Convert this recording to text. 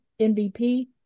MVP